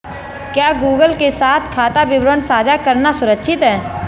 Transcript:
क्या गूगल के साथ खाता विवरण साझा करना सुरक्षित है?